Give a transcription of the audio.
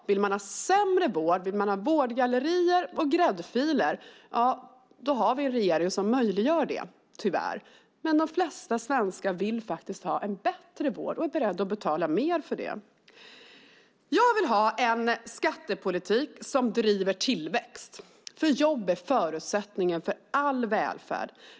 Vill man ha sämre vård, vårdgallerior och gräddfiler har vi en regering som möjliggör det, tyvärr. De flesta svenskar vill dock ha en bättre vård och är beredda att betala mer för det. Jag vill ha en skattepolitik som driver tillväxt, för jobb är förutsättningen för all välfärd.